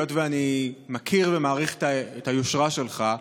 היות שאני מכיר ומעריך את היושרה שלך,